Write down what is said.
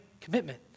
Commitment